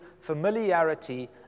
familiarity